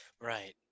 Right